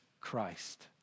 Christ